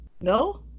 no